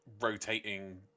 rotating